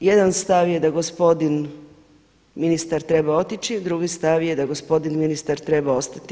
Jedan stav je da gospodin ministar treba otići, drugi stav je da gospodin ministar treba ostati.